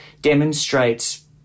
demonstrates